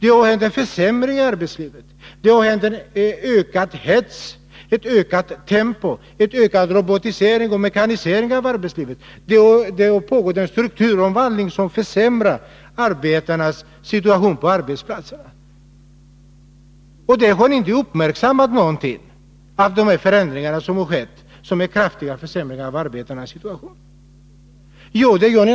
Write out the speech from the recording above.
Det har inträffat försämringar i arbetslivet. Tempot och hetsen har ökat, vi har fått en tilltagande robotisering av arbetslivet, och det har pågått en strukturomvandling som försämrar arbetarnas situation på arbetsplatserna. Ni har inte uppmärksammat dessa förändringar som kraftiga försämringar av arbetarnas situation.